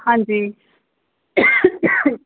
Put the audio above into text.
ਹਾਂਜੀ